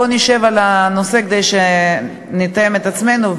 בוא נשב על הנושא כדי שנתאם את עצמנו.